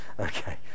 Okay